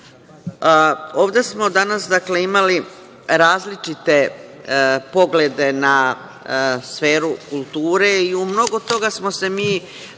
8.Ovde smo danas imali različite poglede na sferu kulture i u mnogo toga smo se mi